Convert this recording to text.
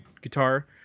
guitar